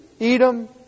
Edom